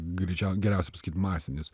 greičiau geriausia sakyti masinis